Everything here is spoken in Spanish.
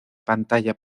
pantalla